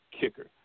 kicker